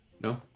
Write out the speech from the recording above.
No